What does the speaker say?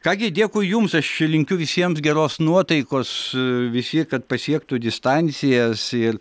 ką gi dėkui jums aš linkiu visiems geros nuotaikos visi kad pasiektų distancijas ir